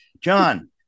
John